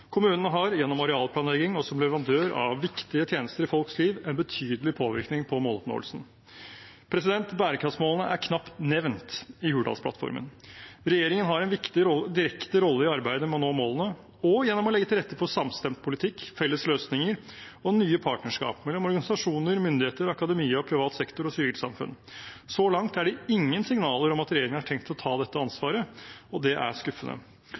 har gjennom arealplanlegging og som leverandør av viktige tjenester i folks liv en betydelig påvirkning på måloppnåelsen. Bærekraftsmålene er knapt nevnt i Hurdalsplattformen. Regjeringen har en direkte rolle i arbeidet med å nå målene og gjennom å legge til rette for samstemt politikk, felles løsninger og nye partnerskap mellom organisasjoner, myndigheter, akademia, privat sektor og sivilt samfunn. Så langt er det ingen signaler om at regjeringen har tenkt å ta dette ansvaret – og det er skuffende.